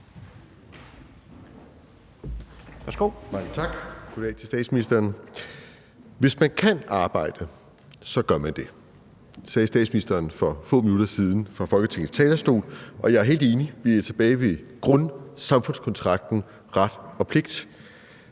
Hvis man kan arbejde, gør man det. Det sagde statsministeren for få minutter siden fra Folketingets talerstol, og jeg er helt enig; vi er tilbage ved grundsamfundskontrakten om ret og pligt.